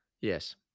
Yes